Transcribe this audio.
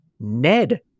Ned